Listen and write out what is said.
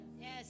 Yes